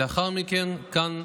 ולאחר מכן כאן,